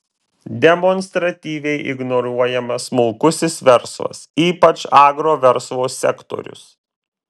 demonstratyviai ignoruojamas smulkusis verslas ypač agroverslo sektorius